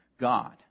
God